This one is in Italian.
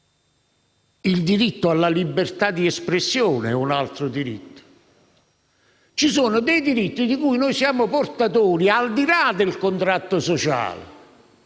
il diritto alla libertà di espressione. Ci sono dei diritti di cui siamo portatori al di là del contratto sociale.